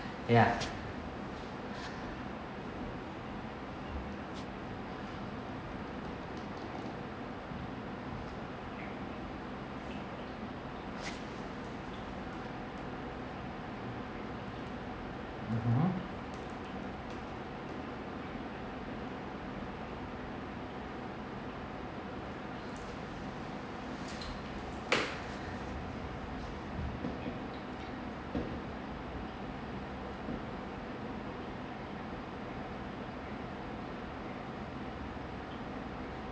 ya mmhmm